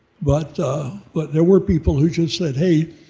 but but there were people who just said hey,